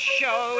show